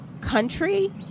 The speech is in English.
country